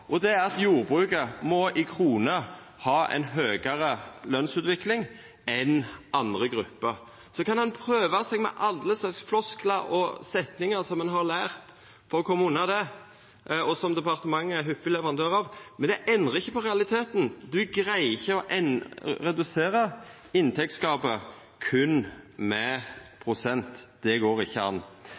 på. Det er at jordbruket i kroner må ha ei høgare lønsutvikling enn andre grupper. Ein kan prøva seg med alle slags flosklar og setningar som ein har lært for å koma unna det, og som departementet er hyppige leverandørar av, men det endrar ikkje på realiteten. Ein greier ikkje å redusera inntektsgapet berre med prosent. Det går ikkje an.